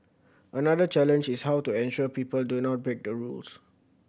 another challenge is how to ensure people do not break the rules